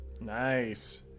Nice